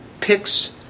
picks